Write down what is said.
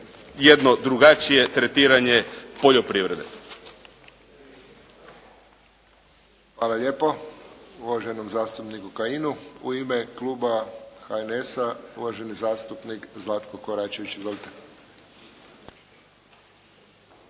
jedno drugačije tretiranje poljoprivrede. **Friščić, Josip (HSS)** Hvala lijepo uvaženom zastupniku Kajinu. U ime kluba HNS uvaženi zastupnik Zlatko Koračević. Izvolite.